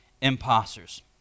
imposters